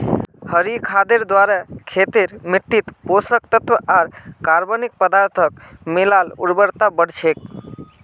हरी खादेर द्वारे खेतेर मिट्टित पोषक तत्त्व आर कार्बनिक पदार्थक मिला ल उर्वरता बढ़ छेक